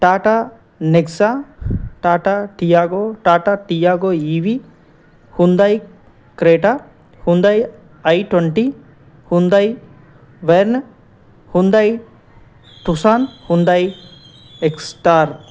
Tata Nexa Tata Tiago Tata Tiago EV Hyundai Creta Hyundai i twenty Hyundai Verna Hyundai Tucson Hyundai Exter